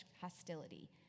hostility